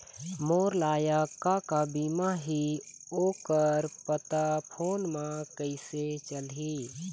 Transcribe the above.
मोर लायक का का बीमा ही ओ कर पता फ़ोन म कइसे चलही?